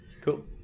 Cool